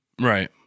right